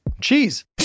cheese